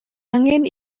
angen